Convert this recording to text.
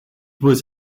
was